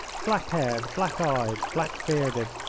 black-haired, black-eyed, black-bearded,